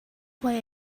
why